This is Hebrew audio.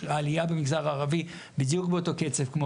העלייה במגזר הערבי בדיוק באותו קצב כמו